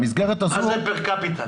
מה זה פר קפיטה?